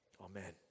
Amen